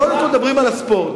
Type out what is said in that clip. קודם כול מדברים על הספורט.